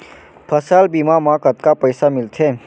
फसल बीमा म कतका पइसा मिलथे?